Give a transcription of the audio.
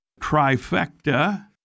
trifecta